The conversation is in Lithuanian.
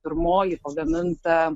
pirmoji pagaminta